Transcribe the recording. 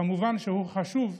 כמובן שהם חשובים,